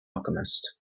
alchemist